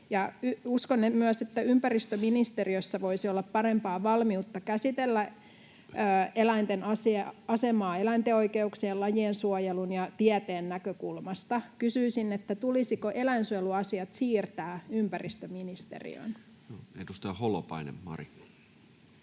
uskon myös, että ympäristöministeriössä voisi olla parempaa valmiutta käsitellä eläinten asemaa eläinten oikeuksien, lajien suojelun ja tieteen näkökulmasta. Kysyisin: tulisiko eläinsuojeluasiat siirtää ympäristöministeriöön? [Speech 266]